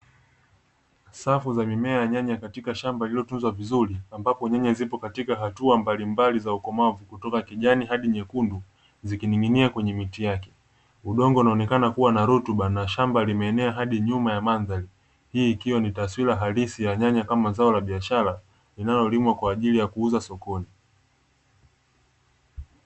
Safu za mimea ya nyanya katika shamba lililotunzwa vizuri ambapo nyanya zipo katika hatua mbalimbali za ukomavu kutoka kijani hadi nyekundu. Zikining'inia kwenye miti yake udongo unaonekana kuwa na rutuba na shamba limeenea hadi nyuma ya mandhari. Hii ikiwa ni taswira halisi ya nyanya kama zao la biashara linalolimwa kwa ajili ya kuuza sokoni.